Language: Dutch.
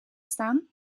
staan